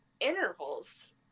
intervals